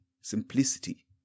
simplicity